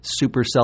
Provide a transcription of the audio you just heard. supercell